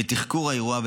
ותחקור האירוע,